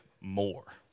more